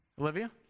Olivia